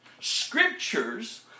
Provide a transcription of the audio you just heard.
Scriptures